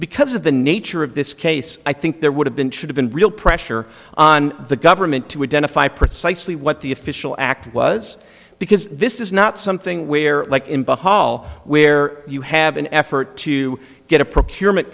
because of the nature of this case i think there would have been should have been real pressure on the government to identify precisely what the official act was because this is not something where like in bahal where you have an effort to get a p